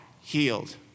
healed